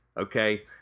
Okay